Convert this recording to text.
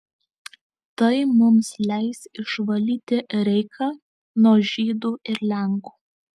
tai mums leis išvalyti reichą nuo žydų ir lenkų